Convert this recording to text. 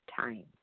time